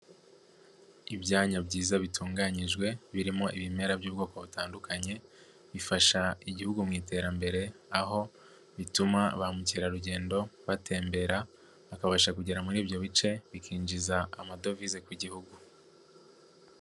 Ibyanya byiza bitunganyijwe birimo ibimera by'ubwoko butandukanye, bifasha igihugu mu iterambere, aho bituma ba mukerarugendo batembera, bakabasha kugera muri ibyo bice, bikinjiza amadovize ku gihugu.